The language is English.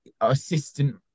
assistant